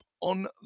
on